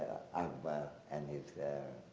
um and if they're,